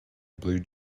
blue